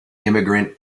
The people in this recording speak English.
immigrant